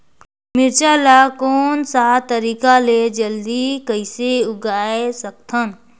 मिरचा ला कोन सा तरीका ले जल्दी कइसे उगाय सकथन?